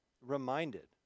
reminded